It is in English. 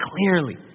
clearly